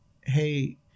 hey